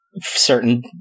certain